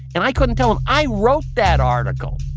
and i couldn't tell him, i wrote that article